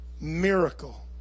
miracle